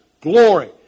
glory